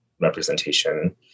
representation